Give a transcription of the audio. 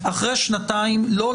חקירה,